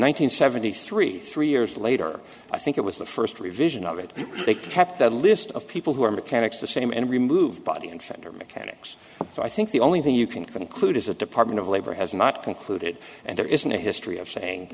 hundred seventy three three years later i think it was the first revision of it they kept a list of people who were mechanics the same and removed body and fender mechanics so i think the only thing you can conclude is that department of labor has not concluded and there isn't a history of saying